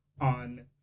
on